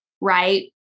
right